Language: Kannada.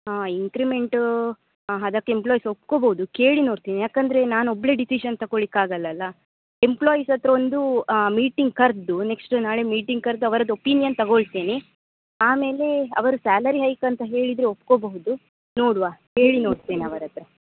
ಹಾಂ ಇನ್ಕ್ರಿಮೆಂಟೂ ಹಾಂ ಅದಕ್ಕೆ ಎಂಪ್ಲಾಯಿಸ್ ಒಪ್ಕೊಳ್ಬೋದು ಕೇಳಿ ನೋಡ್ತೀನಿ ಯಾಕಂದರೆ ನಾನು ಒಬ್ಬಳೇ ಡಿಸಿಶನ್ ತಕೊಳ್ಲಿಕ್ಕೆ ಆಗಲ್ವಲ್ಲ ಎಂಪ್ಲಾಯಿಸ್ ಹತ್ತಿರ ಒಂದು ಮೀಟಿಂಗ್ ಕರೆದು ನೆಕ್ಸ್ಟ್ ನಾಳೆ ಮೀಟಿಂಗ್ ಕರ್ದು ಅವರದ್ದು ಒಪೀನ್ಯನ್ ತಗೊಳ್ತೀನಿ ಆಮೇಲೆ ಅವರು ಸ್ಯಾಲರಿ ಹೈಕ್ ಆಂತ ಹೇಳಿದರೆ ಒಪ್ಕೊಳ್ಬಹುದು ನೋಡುವ ಕೇಳಿ ನೋಡ್ತೀನಿ ಅವರ ಹತ್ರ